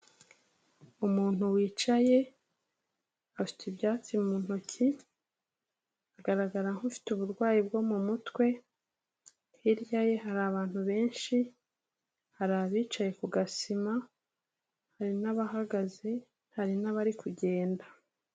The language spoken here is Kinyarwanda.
Umuntu wicaye afite ibyatsi mu ntoki, agaragara nk'ufite uburwayi bwo mu mutwe. Hirya ye hari abantu benshi, hari abicaye ku gasima, hari n'abahagaze, hari n'abari kugenda.